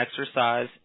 Exercise